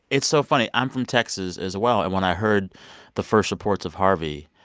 it's so funny. i'm from texas as well. and when i heard the first reports of harvey,